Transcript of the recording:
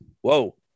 whoa